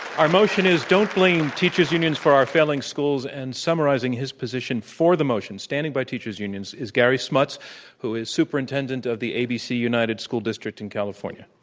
our motion is don't blame teachers unions for our failing schools. and summarizing his position for the possession motion standing by teachers unions is gary smuts who is superintendent of the abc united school district in california.